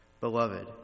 Beloved